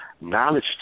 knowledge